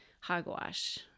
hogwash